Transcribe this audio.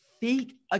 fake